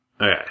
Okay